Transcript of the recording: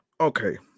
Okay